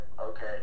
okay